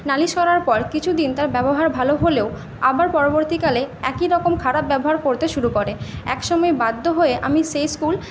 নালিশ করার পর কিছুদিন তার ব্যবহার ভালো হলেও আবার পরবর্তীকালে একইরকম খারাপ ব্যবহার করতে শুরু করে এক সময় বাধ্য হয়ে আমি সেই স্কুল